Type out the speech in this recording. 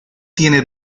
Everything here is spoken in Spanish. tiene